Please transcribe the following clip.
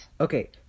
Okay